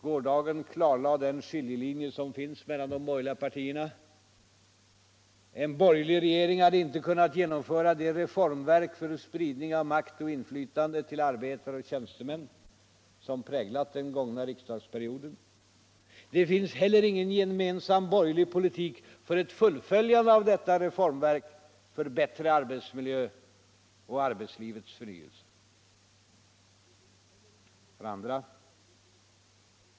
Gårdagen klarlade den skiljelinje som finns mellan de borgerliga partierna. En borgerlig regering hade inte kunnat genomföra det reformverk för spridning av makt och inflytande till arbetare och tjänstemän som präglat den gångna riksdagsperioden. Det finns heller ingen gemensam borgerlig politik för ett fullföljande av detta reformverk för bättre arbetsmiljö och arbetslivets förnyelse.